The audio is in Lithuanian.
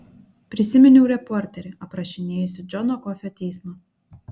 prisiminiau reporterį aprašinėjusį džono kofio teismą